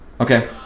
Okay